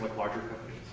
but larger